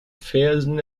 versen